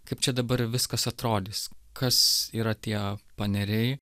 kaip čia dabar viskas atrodys kas yra tie paneriai